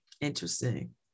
interesting